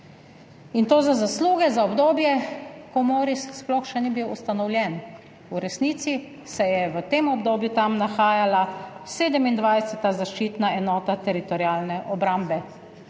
in to za zasluge za obdobje, ko MORiS sploh še ni bil ustanovljen. V resnici se je v tem obdobju tam nahajala 27. zaščitna enota Teritorialne obrambe.